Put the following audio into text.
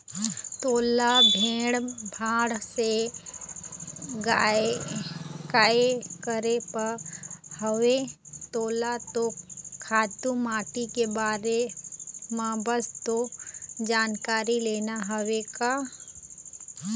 तोला भीड़ भाड़ से काय करे बर हवय तोला तो खातू माटी के बारे म बस तो जानकारी लेना हवय का